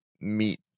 meet